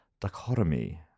dichotomy